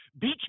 beach